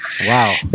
wow